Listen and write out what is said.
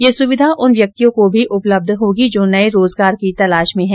यह सुविधा उन व्यक्तियों को भी उपलब्ध होगी जो नए रोजगार की तलाश में हैं